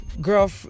girl